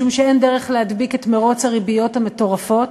משום שאין דרך להדביק את מירוץ הריביות המטורפות,